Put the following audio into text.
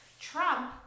Trump